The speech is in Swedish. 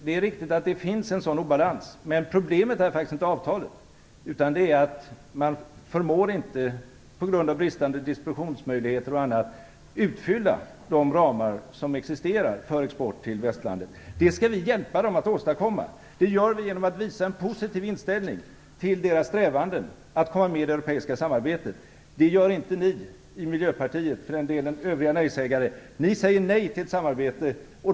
Det är riktigt att det finns en obalans, men problemet är inte avtalet, utan det är att de på grund av bristande distributionsmöjligheter och annat inte förmår fylla ut de ramar som existerar för export till västvärlden. Det skall vi hjälpa dem att åstadkomma. Det gör vi genom att visa en positiv inställning till deras strävanden att komma med i det europeiska samarbetet. Det bidrar inte ni i Miljöpartiet eller, för den delen, övriga nej-sägare till. Ni säger nej till ett sådant samarbete.